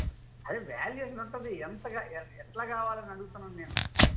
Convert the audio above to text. అదే వాల్యుయేషన్ ఉంటుంది ఎంత గ ఎట్లా కావాలని అడుగుతున్నాను నేను